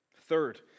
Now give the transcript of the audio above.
third